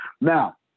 Now